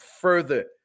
further